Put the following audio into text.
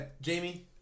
Jamie